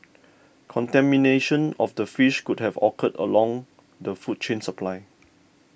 contamination of the fish could have occurred along the food chain supply